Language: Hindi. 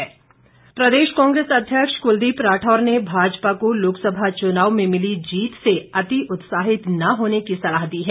कुलदीप राठौर प्रदेश कांग्रेस अध्यक्ष कुलदीप राठौर ने भाजपा को लोकसभा चुनाव में मिली जीत से अति उत्साहित न होने की सलाह दी है